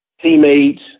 teammates